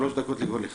שלוש דקות לכל אחד.